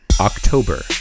October